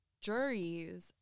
juries